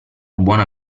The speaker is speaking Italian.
buona